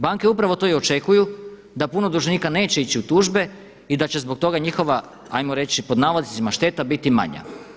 Banke upravo to i očekuju da puno dužnika neće ići u tužbe i da će zbog toga njihova hajmo reći pod navodnicima šteta biti manja.